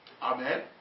Amen